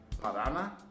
Parana